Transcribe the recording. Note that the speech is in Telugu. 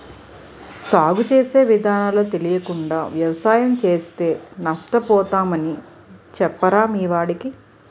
సాగు చేసే విధానాలు తెలియకుండా వ్యవసాయం చేస్తే నష్టపోతామని చెప్పరా మీ వాడికి